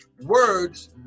words